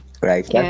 Right